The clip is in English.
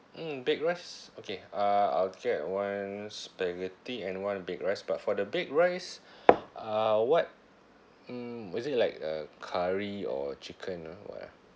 mm baked rice okay uh I'll get one spaghetti and one baked rice but for the baked rice uh what um is it like a curry or chicken ah what ah